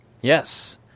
Yes